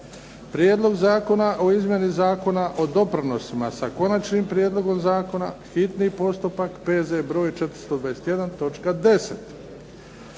Prijedlog zakona o izmjeni Zakona o doprinosima, s Konačnim prijedlogom zakona, hitni postupak, prvo i